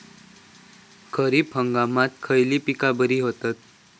खरीप हंगामात खयली पीका बरी होतत?